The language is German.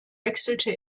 wechselte